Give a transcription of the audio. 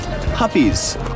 puppies